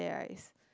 there right is